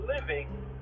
living